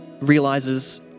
realizes